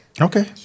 Okay